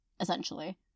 essentially